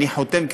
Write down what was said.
אני חותם,